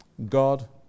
God